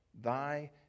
thy